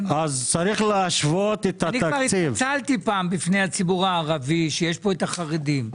אני כבר התנצלתי פעם בפני הציבור הערבי שיש פה החרדים.